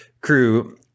crew